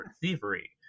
thievery